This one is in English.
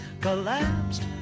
collapsed